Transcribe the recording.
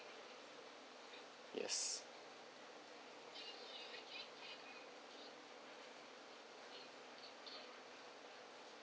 yes